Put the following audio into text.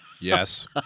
Yes